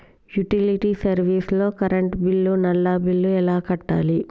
Utility service లో current bill, నల్లా bill ఎలా కట్టాలి?